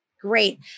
great